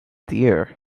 deer